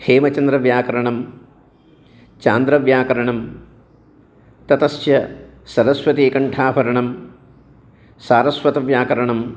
हेमचन्द्रव्याकरणं चान्द्रव्याकरणं ततश्च सरस्वतीकण्ठाभरणं सारस्वतव्याकरणम्